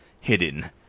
hidden